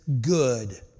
good